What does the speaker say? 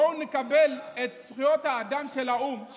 בואו נקבל את זכויות האדם של האו"ם,